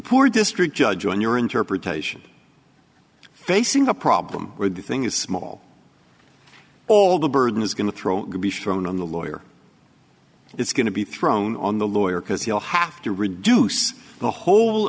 poor district judge on your interpretation facing a problem where the thing is small all the burden is going to throw can be shown on the lawyer it's going to be thrown on the lawyer because he'll have to reduce the whole